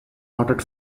noted